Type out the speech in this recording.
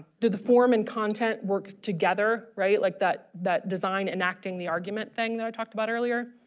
do the form and content work together right like that that design and acting the argument thing that i talked about earlier.